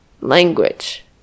language